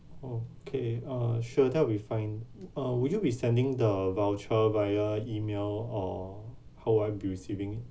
okay uh sure that will be fine uh would you be sending the voucher via email or how will I be receiving